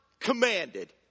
Commanded